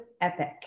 epic